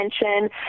attention